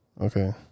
Okay